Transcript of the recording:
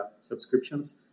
subscriptions